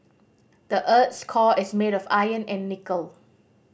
the earth's core is made of iron and nickel